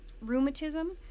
rheumatism